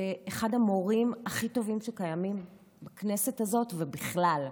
אחד המורים הטובים שקיימים בכנסת הזאת ובכלל.